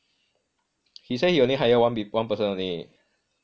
he say he only hire one person only